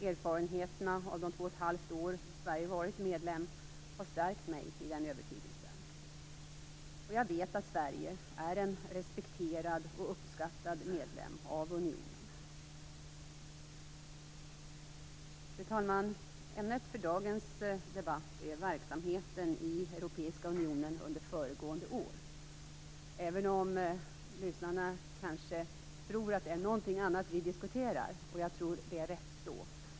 Erfarenheterna av de två och ett halvt år som Sverige har varit medlem har stärkt mig i den övertygelsen. Jag vet att Sverige är en respekterad och uppskattad medlem av unionen. Fru talman! Ämnet för dagens debatt är verksamheten i den europeiska unionen under föregående år, även om lyssnarna kanske tror att det är någonting annat som vi diskuterar. Jag tror att det är rätt så.